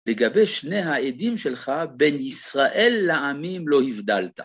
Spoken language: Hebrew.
לגבי שני העדים שלך, בין ישראל לעמים לא הבדלת.